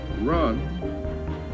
run